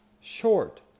short